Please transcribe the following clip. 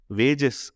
wages